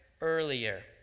earlier